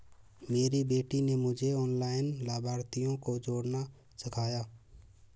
मेरी बेटी ने मुझे ऑनलाइन लाभार्थियों को जोड़ना सिखाया